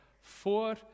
four